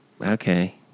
okay